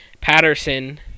Patterson